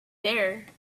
there